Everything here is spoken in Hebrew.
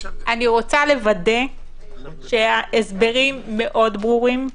אני רוצה לוודא, שההסברים מאוד ברורים,